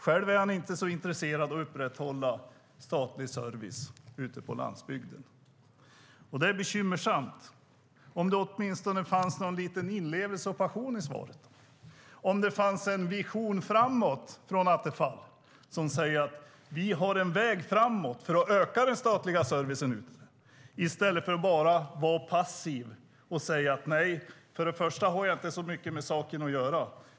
Själv är han inte så intresserad av att upprätthålla statlig service ute på landsbygden. Det är bekymmersamt. Om det åtminstone fanns lite inlevelse och passion i svaret. Om det fanns en vision framåt från Attefall och om han sade att man har en väg framåt för att öka den statliga servicen där ute, i stället för att bara vara passiv och säga: För det första har jag inte så mycket med saken att göra.